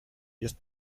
jest